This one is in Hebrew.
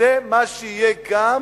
וזה מה שיהיה גם